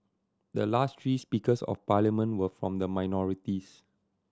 the last three Speakers of Parliament were from the minorities